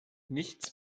nichts